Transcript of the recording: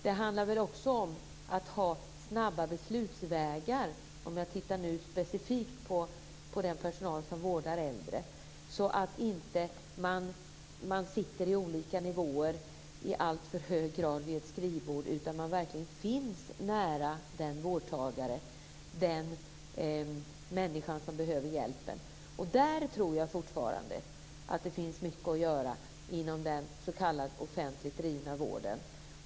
Det handlar också om att ha snabba beslutsvägar - jag tittar nu specifikt på den personal som vårdar äldre - så att inte personal på olika nivåer i alltför hög grad sitter vid ett skrivbord, utan att man verkligen finns nära den vårdtagare, den människa som behöver hjälpen. Där tror jag fortfarande att det finns mycket att göra inom den offentligt drivna vården.